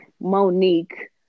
Monique